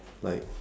like